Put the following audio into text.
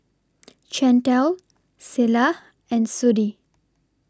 Chantel Selah and Sudie